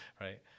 right